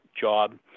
job